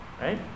right